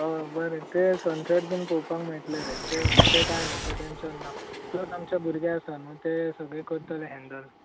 आं बरें थंय एक सनसॅट बी पळोवपाक मेळटले रे तें कांय ना तें टँशन ना ते आमचे भुरगे आसा नू ते करतले हँडल